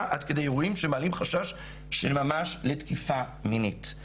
עד כדי אירועים שמעלים חשש של ממש לתקיפה מינית.